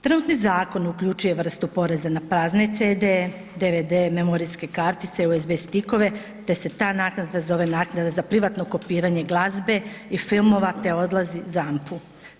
Trenutni zakon uključuje vrstu poreza na prazne CD-e, DVD-e, memorijske kartice, USB stikove te se ta naknada zove naknada za privatno kopiranje glazbe i filmova te odlazi ZAMP-u.